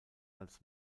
als